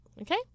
Okay